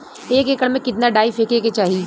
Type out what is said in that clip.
एक एकड़ में कितना डाई फेके के चाही?